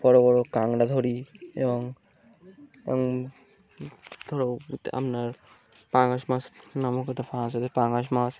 বড়ো বড়ো কাঁকড়া ধরি এবং এবং ধরো আপনার পাঙাশ মাছ নামক একটা সাথতে পাঙাশ মাছ